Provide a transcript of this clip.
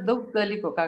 daug dalykų ką